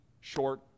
short